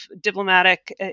diplomatic